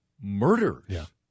murders